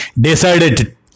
decided